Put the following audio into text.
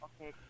okay